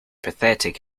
pathetic